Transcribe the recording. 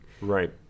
Right